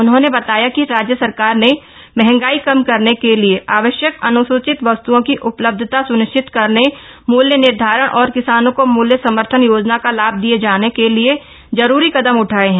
उन्होंने बताया कि राज्य सरकार ने महंगाई कम करने के लिए थे वश्यक अन्सूचित वस्त्ओं की उपलब्धता सुनिश्चित करने मूल्य निर्धारण और किसानों को मूल्य समर्थन योजना का लाभ दिये जाने के लिए जरूरी कदम उठाये हैं